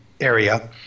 area